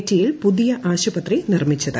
T യിൽ പുതിയ ആശുപത്രി നിർമ്മിച്ചത്